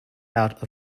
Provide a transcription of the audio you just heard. out